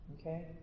okay